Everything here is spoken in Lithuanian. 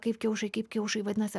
kaip kiaušai kaip kiaušai vadinasi